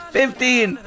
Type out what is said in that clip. fifteen